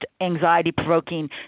anxiety-provoking